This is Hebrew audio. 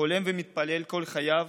חולם ומתפלל כל חייו